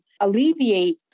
alleviate